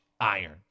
iron